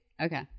Okay